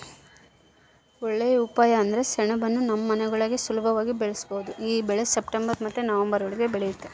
ಒಳ್ಳೇ ಉಪಾಯ ಅಂದ್ರ ಸೆಣಬುನ್ನ ನಮ್ ಮನೆಗುಳಾಗ ಸುಲುಭವಾಗಿ ಬೆಳುಸ್ಬೋದು ಈ ಬೆಳೆ ಸೆಪ್ಟೆಂಬರ್ ಮತ್ತೆ ನವಂಬರ್ ಒಳುಗ ಬೆಳಿತತೆ